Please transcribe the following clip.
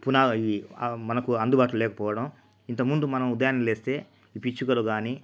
పునా ఇవి ఈ మనకు అందుబాటులో లేకపోవడం ఇంతకు ముందు మనం ఉదయాన్ని లేస్తే ఈ పిచ్చుకలు కానీ